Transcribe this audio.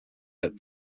that